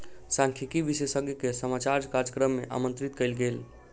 सांख्यिकी विशेषज्ञ के समाचार कार्यक्रम मे आमंत्रित कयल गेल